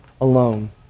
alone